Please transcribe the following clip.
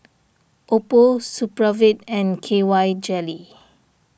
Oppo Supravit and K Y Jelly